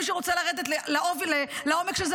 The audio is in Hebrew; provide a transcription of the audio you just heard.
מי שרוצה לרדת לעומק של זה,